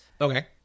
Okay